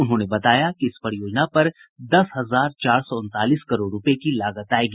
उन्होंने बताया कि इस परियोजना पर दस हजार चार सौ उनतालीस करोड़ रूपये की लागत आयेगी